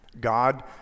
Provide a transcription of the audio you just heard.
God